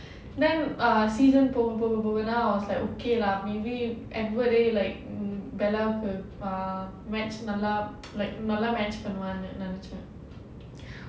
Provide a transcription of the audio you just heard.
then ah season போக போகதா:poga pogadha I was like okay lah maybe edward eh like mm bella வுக்கு:vukku ah match நல்லா:nallaa like நல்லா:nallaa match பண்ணுவானு நினச்சேன்:pannuvaanu ninachaen